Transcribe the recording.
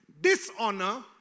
dishonor